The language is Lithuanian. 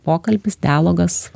pokalbis dialogas